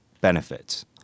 benefits